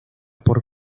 por